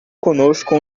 conosco